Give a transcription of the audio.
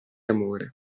amore